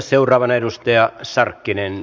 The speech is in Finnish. seuraavana edustaja sarkkinen